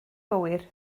gywir